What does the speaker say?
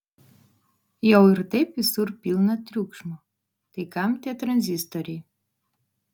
jau ir taip visur pilna triukšmo tai kam tie tranzistoriai